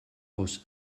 aus